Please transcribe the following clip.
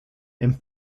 and